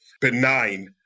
benign